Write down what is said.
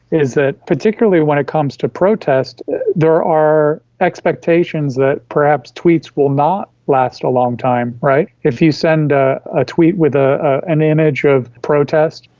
is that particularly when it comes to protest there are expectations that perhaps tweets will not last a long time. if you send ah a tweet with ah an image of protest,